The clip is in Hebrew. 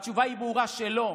התשובה היא ברורה, שלא.